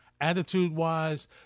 Attitude-wise